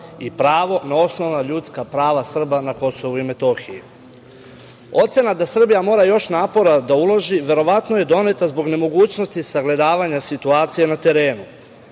i pravo na osnovna ljudska prava Srba na KiM.Ocena da Srbija mora još napora da uloži verovatno je doneta zbog nemogućnosti sagledavanja situacije na terenu,